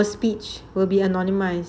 our speech will be anonymised